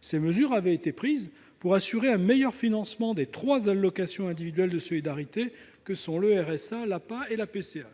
Ces mesures avaient été prises pour assurer un meilleur financement des trois allocations individuelles de solidarité que sont le RSA, l'APA (allocation